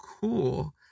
cool